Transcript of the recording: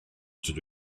dydw